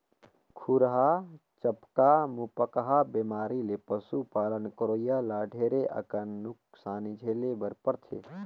खुरहा चपका, मुहंपका बेमारी ले पसु पालन करोइया ल ढेरे अकन नुकसानी झेले बर परथे